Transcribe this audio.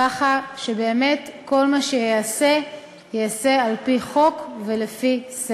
ככה שבאמת כל מה שייעשה ייעשה על-פי חוק וסדר.